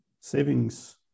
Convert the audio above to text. savings